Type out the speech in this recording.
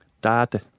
Data